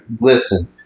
Listen